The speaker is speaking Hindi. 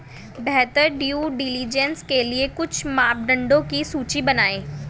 बेहतर ड्यू डिलिजेंस के लिए कुछ मापदंडों की सूची बनाएं?